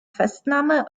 festnahme